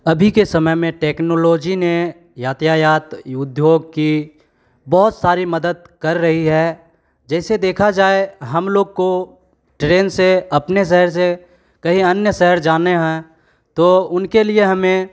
अभी के समय में टेक्नोलॉजी ने यातायात उद्योग की बहुत सारी मदद कर रही है जैसे देखा जाए हम लोग को ट्रेन से अपने शहर से कहीं अन्य शहर जाने हैं तो उनके लिए हमें